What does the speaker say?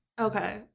Okay